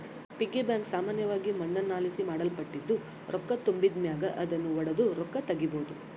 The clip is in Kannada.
ಪಿಗ್ಗಿ ಬ್ಯಾಂಕ್ ಸಾಮಾನ್ಯವಾಗಿ ಮಣ್ಣಿನಲಾಸಿ ಮಾಡಲ್ಪಟ್ಟಿದ್ದು, ರೊಕ್ಕ ತುಂಬಿದ್ ಮ್ಯಾಗ ಅದುನ್ನು ಒಡುದು ರೊಕ್ಕ ತಗೀಬೋದು